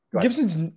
gibson's